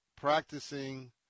practicing